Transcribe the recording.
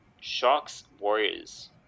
Sharks-Warriors